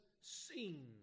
seen